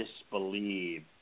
disbelieve